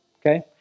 okay